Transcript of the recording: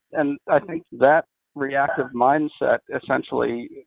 and i think that reactive mindset essentially,